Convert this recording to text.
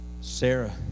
Sarah